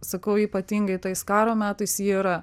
sakau ypatingai tais karo metais ji yra